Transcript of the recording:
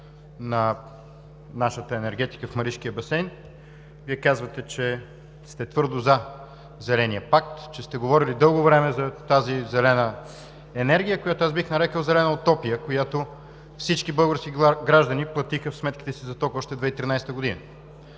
на нашата енергетика в Маришкия басейн. Вие казвате, че сте твърдо „за“ Зеления пакт, че сте говорили дълго време за тази зелена енергия, която аз бих нарекъл „зелена утопия“, която всички български граждани платиха в сметките си за топло още през 2013 г.